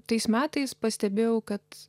tais metais pastebėjau kad